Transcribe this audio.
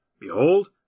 Behold